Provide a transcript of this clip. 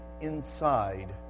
inside